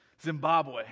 Zimbabwe